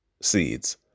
seeds